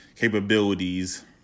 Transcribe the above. Capabilities